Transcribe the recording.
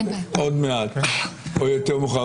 עוד מעט, או יותר מאוחר.